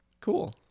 Cool